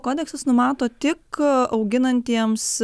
kodeksas numato tik auginantiems